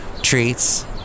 treats